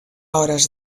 hores